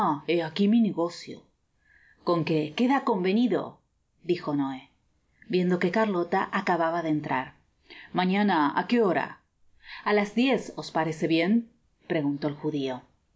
aqui mi negocio con que queda convenido dijo noé viendo que carlota acababa de entrar mañana á qué hora a las diez os parece bien preguntó el judio y